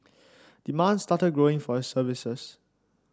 demand started growing for his services